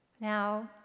Now